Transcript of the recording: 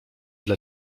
dla